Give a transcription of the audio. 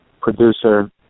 producer